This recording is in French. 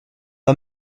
pas